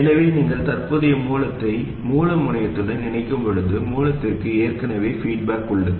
எனவே நீங்கள் தற்போதைய மூலத்தை மூல முனையத்துடன் இணைக்கும்போது மூலத்திற்கு ஏற்கனவே பீட்பாக் உள்ளது